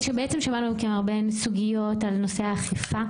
שמענו מכם הרבה סוגיות על נושא האכיפה,